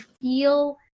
feel